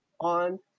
on